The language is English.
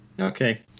Okay